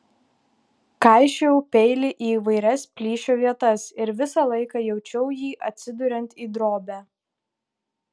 kaišiojau peilį į įvairias plyšio vietas ir visą laiką jaučiau jį atsiduriant į drobę